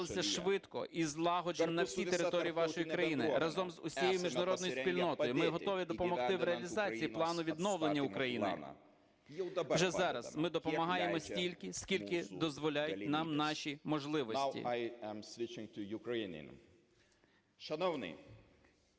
проводилися швидко і злагоджено на всій території вашої країни. Разом з усією міжнародною спільнотою ми готові допомогти в реалізації плану відновлення України. Вже зараз ми допомагаємо стільки, скільки дозволяють нам наші можливості.